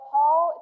Paul